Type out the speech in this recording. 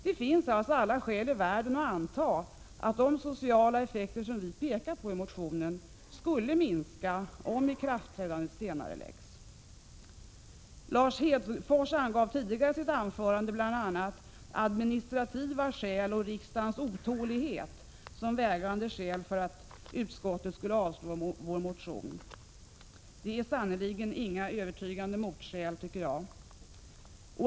Det finns alltså alla skäl i världen att anta att de sociala effekter som vi pekar på i motionen skulle minska om ikraftträdandet senareläggs. Lars Hedfors angav i sitt anförande bl.a. administrativa problem och riksdagens otålighet som vägande skäl för att utskottet avstyrkt vår motion. Det är sannerligen inga övertygande motskäl.